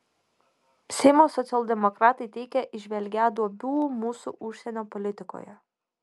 seimo socialdemokratai teigia įžvelgią duobių mūsų užsienio politikoje